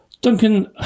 Duncan